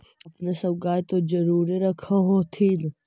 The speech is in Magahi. अपने सब गाय तो जरुरे रख होत्थिन?